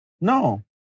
No